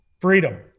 Freedom